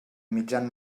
mitjan